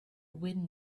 wind